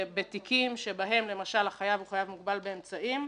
בתיקים שבהם למשל החייב הוא חייב מוגבל באמצעים,